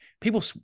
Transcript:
people